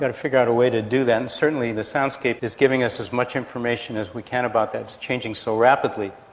but figure out a way to do that, and certainly the soundscape is giving us as much information as we can about that, it's changing so rapidly.